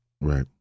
right